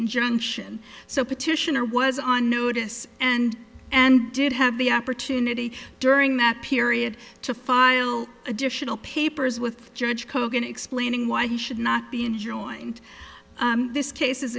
injunction so petitioner was on notice and and did have the opportunity during that period to file additional papers with judge kogan explaining why he should not be enjoying this case